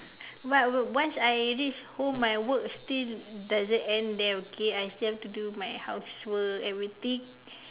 but once I reach home my work still doesn't end there okay I still have to do my housework everything